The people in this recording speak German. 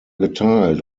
geteilt